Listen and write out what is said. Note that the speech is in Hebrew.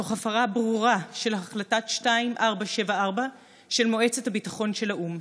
תוך הפרה ברורה של החלטה 2474 של מועצת הביטחון של האו"ם.